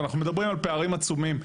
אנחנו מדברים על פערים עצומים,